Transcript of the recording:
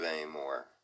anymore